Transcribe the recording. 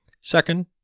Second